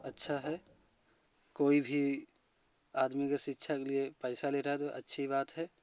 अच्छा है कोई भी आदमी अगर शिक्षा के लिए पैसा ले रहा है तो अच्छी बात है